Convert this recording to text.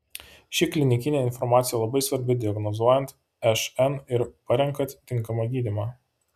ši klinikinė informacija labai svarbi diagnozuojant šn ir parenkant tinkamą gydymą